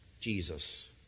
Jesus